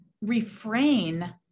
refrain